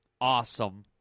Awesome